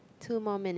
two more minute